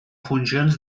funcions